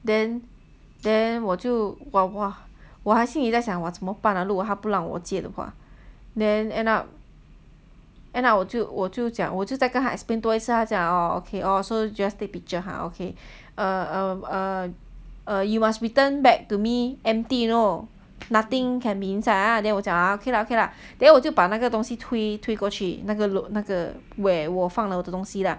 then then 我就我我还心里在想 !wah! 怎么办 ah 如果他不让我借的话 then end up end up 我就我就讲我就跟他 explain 多一次他讲 orh okay so just take picture ah okay err um you must return back to me empty you know nothing can be inside ah then 我就讲 okay lah okay lah then 我就把那个东西推推过去那个 where 我放我的东西 lah